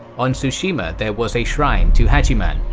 on tsushima there was a shrine to hachiman,